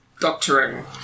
Doctoring